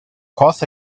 course